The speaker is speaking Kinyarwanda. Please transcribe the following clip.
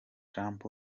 trump